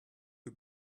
not